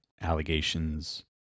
allegations